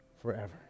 forever